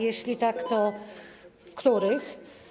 Jeśli tak, to w których?